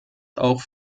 auch